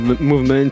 Movement